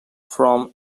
from